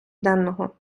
денного